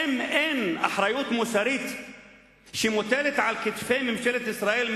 האם אין אחריות מוסרית שמוטלת על כתפי ממשלת ישראל,